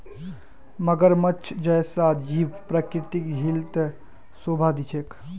मगरमच्छ जैसा जीव प्राकृतिक झील त शोभा दी छेक